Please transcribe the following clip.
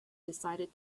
decided